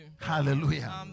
Hallelujah